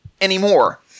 anymore